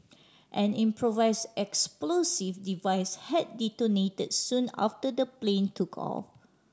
an improvise explosive device had detonated soon after the plane took off